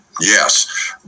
Yes